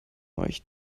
euch